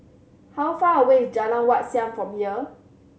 how far away is Jalan Wat Siam from here